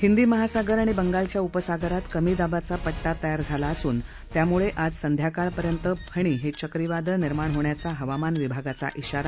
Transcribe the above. हिंदी महासागर आणि बंगालच्या उपसागरात कमी दाबाचा पट्टा तयार झाला असून त्यामुळे आज संध्याकाळपर्यंत फणी हे चक्रीवादळ निर्माण होण्याचा हवामान विभागाचा इशारा